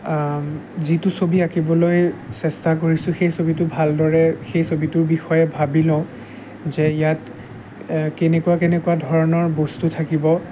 যিটো ছবি আঁকিবলৈ চেষ্টা কৰিছোঁ সেই ছবিটো ভালদৰে সেই ছবিটোৰ বিষয়ে ভাবি লওঁ যে ইয়াত কেনেকুৱা কেনেকুৱা ধৰণৰ বস্তু থাকিব